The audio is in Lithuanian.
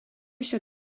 šio